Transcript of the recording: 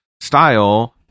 style